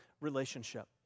relationship